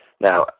Now